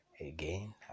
again